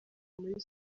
muri